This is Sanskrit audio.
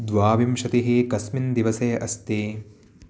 द्वाविंशतिः कस्मिन् दिवसे अस्ति